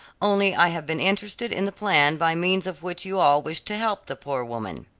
only i have been interested in the plan by means of which you all wished to help the poor woman.